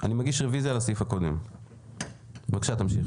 כך שהישיבה תתחיל בשעה 10:00 בבוקר במקום בשעה